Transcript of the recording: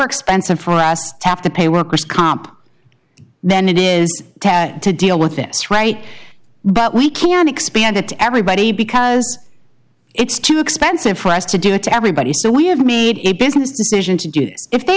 expensive for us to have to pay workers comp then it is to deal with this right but we can't expand it to everybody because it's too expensive for us to do it to everybody so we have made a business decision to do this if they